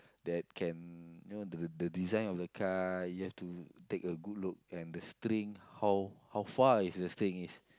that can you know the the the design of the kite you have to take a good look and the string how how far is the string is